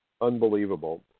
unbelievable